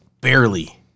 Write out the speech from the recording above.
barely